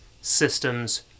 systems